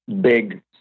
big